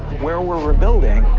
where we're rebuilding,